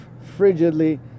frigidly